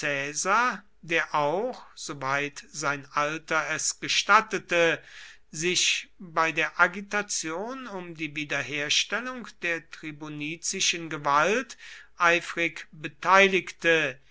der auch soweit sein alter es gestattete sich bei der agitation um die wiederherstellung der tribunizischen gewalt eifrig beteiligte